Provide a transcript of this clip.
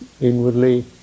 inwardly